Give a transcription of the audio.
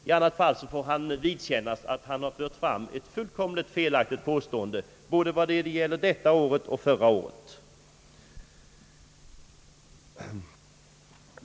I annat fall får han vidkännas att han har fört fram ett fullständigt felaktigt påstående vad gäller både detta år och förra året.